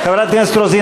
חברת הכנסת רוזין,